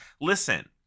Listen